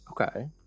okay